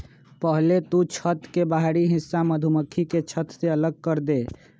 पहले तु छत्त के बाहरी हिस्सा मधुमक्खी के छत्त से अलग करदे